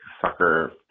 sucker